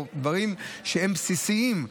או דברים שהם בסיסיים?